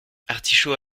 artichauts